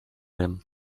him